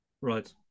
Right